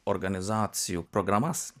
organizacijų programas